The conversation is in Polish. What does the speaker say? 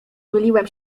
myliłem